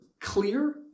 clear